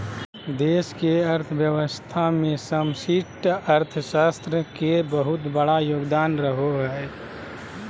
देश के अर्थव्यवस्था मे समष्टि अर्थशास्त्र के बहुत बड़ा योगदान रहो हय